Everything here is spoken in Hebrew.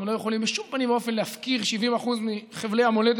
אנחנו לא יכולים בשום פנים ואופן להפקיר 70% מחבלי המולדת